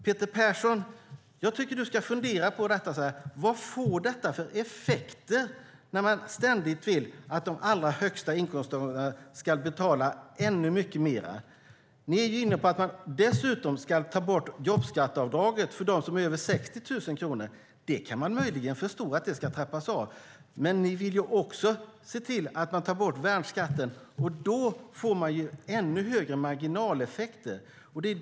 Jag tycker att Peter Persson ska fundera över vad det blir för effekter när man ständigt vill att de allra högsta inkomsttagarna ska betala ännu mer. Ni är inne på att dessutom ta bort jobbskatteavdraget för dem med över 60 000 kronor i månaden. Man kan möjligen förstå att avdraget ska trappas av, men ni vill också se till att ta bort värnskatten. Då blir det ännu högre marginaleffekter.